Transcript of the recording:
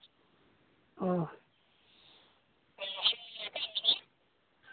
ᱚ